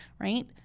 right